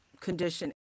condition